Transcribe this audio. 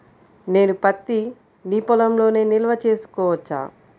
నేను పత్తి నీ పొలంలోనే నిల్వ చేసుకోవచ్చా?